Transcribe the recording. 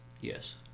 Yes